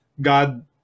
God